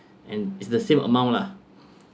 and it's the same amount lah